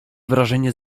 wrażenie